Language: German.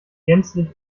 gänzlich